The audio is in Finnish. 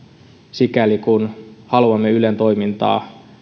sikäli kuin haluamme ylen toimintaa